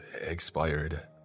expired